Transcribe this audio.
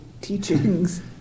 teachings